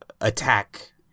attack